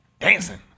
dancing